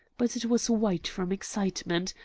but it was white from excitement,